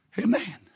Amen